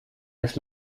das